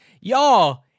Y'all